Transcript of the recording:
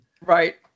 Right